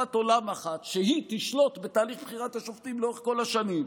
השקפת עולם אחת שהיא תשלוט בתהליך בחירת השופטים לאורך כל השנים,